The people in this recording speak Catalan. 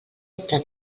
entre